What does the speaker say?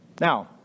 Now